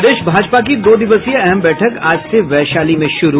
प्रदेश भाजपा की दो दिवसीय अहम बैठक आज से वैशाली में शुरू